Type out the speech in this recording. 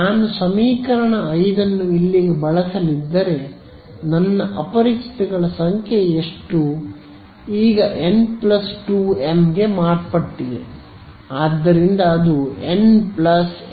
ನಾನು ಈ ಸಮೀಕರಣ 5 ಅನ್ನು ಇಲ್ಲಿಗೆ ಬಳಸಲಿದ್ದರೆ ನನ್ನ ಅಪರಿಚಿತಗಳ ಸಂಖ್ಯೆ ಈಗ n 2 ಎಂ ಗೆ ಮಾರ್ಪಟ್ಟಿದೆ